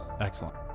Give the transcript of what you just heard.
Excellent